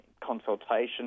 consultation